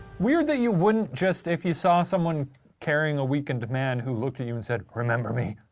weird that you wouldn't just, if you saw someone carrying a weakened man who looked at you and said remember me,